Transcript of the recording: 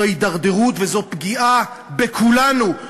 זו הידרדרות וזו פגיעה בכולנו,